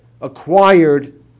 acquired